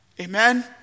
Amen